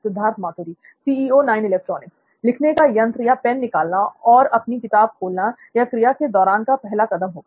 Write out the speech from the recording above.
सिद्धार्थ मातुरी लिखने का यंत्र या पैन निकालना और अपनी किताब खोलना यह क्रिया के "दौरान" का पहला कदम होगा